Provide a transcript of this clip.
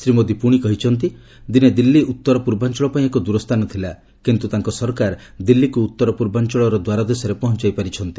ଶ୍ରୀ ମୋଦି ପୁଣି କହିଛନ୍ତି ଦିନେ ଦିଲ୍ଲୀ ଉତ୍ତର ପୂର୍ବାଞ୍ଚଳପାଇଁ ଏକ ଦୂର ସ୍ଥାନ ଥିଲା କିନ୍ତୁ ତାଙ୍କ ସରକାର ଦିଲ୍ଲୀକୁ ଉତ୍ତର ପୂର୍ବାଞ୍ଚଳର ଦ୍ୱାରଦେଶରେ ପହଞ୍ଚାଇ ପାରିଛନ୍ତି